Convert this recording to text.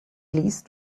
least